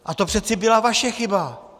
A to přece byla vaše chyba.